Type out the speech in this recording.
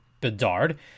Bedard